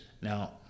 Now